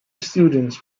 students